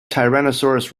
tyrannosaurus